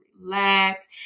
relax